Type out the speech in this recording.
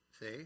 See